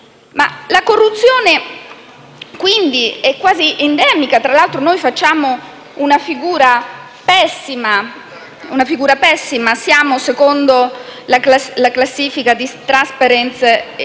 La corruzione, quindi, è quasi endemica. Tra l'altro, noi facciamo una figura pessima, perché, secondo la classifica di Trasparency International,